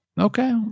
Okay